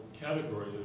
category